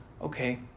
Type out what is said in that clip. Okay